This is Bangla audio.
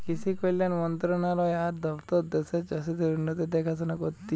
কৃষি কল্যাণ মন্ত্রণালয় আর দপ্তর দ্যাশের চাষীদের উন্নতির দেখাশোনা করতিছে